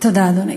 תודה, אדוני.